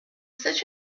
such